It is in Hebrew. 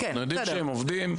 אנחנו יודעים שהם עובדים.